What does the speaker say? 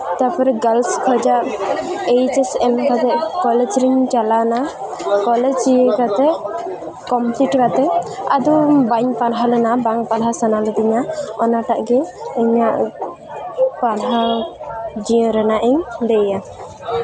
ᱛᱟᱨᱯᱚᱨᱮ ᱜᱟᱨᱞᱥ ᱠᱷᱚᱡᱟᱜ H S M ᱠᱟᱛᱮᱫ ᱠᱚᱞᱮᱡᱽ ᱨᱤᱧ ᱪᱟᱞᱟᱣᱱᱟ ᱠᱚᱞᱮᱡᱽ ᱦᱩᱭ ᱠᱟᱛᱮᱫ ᱠᱚᱢᱯᱞᱤᱴ ᱠᱟᱛᱮᱫ ᱟᱫᱚ ᱵᱟᱹᱧ ᱯᱟᱲᱦᱟᱣ ᱞᱮᱱᱟ ᱵᱟᱝ ᱯᱟᱲᱦᱟᱣ ᱥᱟᱱᱟ ᱞᱤᱫᱤᱧᱟ ᱚᱱᱟᱴᱟᱜ ᱜᱮ ᱤᱧᱟᱜ ᱯᱟᱲᱦᱟᱣ ᱡᱤᱭᱚᱱ ᱨᱮᱱᱟᱜ ᱤᱧ ᱞᱟᱹᱭᱟ